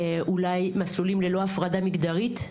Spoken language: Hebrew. אולי מסלולים ללא הפרדה מגדרית,